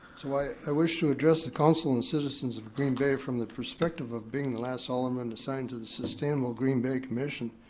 so i i wish to address the council and citizens of green bay from the perspective of being the last alderman assigned to the sustainable green bay commission.